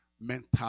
mental